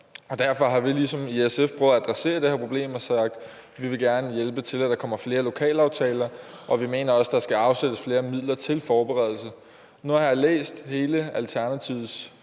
Derfor har vi i SF ligesom prøvet at adressere det her problem og sagt, at vi gerne vil hjælpe til med, at der kommer flere lokalaftaler, og vi mener også, at der skal afsættes flere midler til forberedelse. Nu har jeg læst hele Alternativets